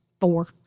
four